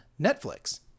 Netflix